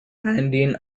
andean